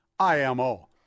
IMO